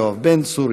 יואב בן צור,